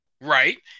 right